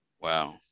Wow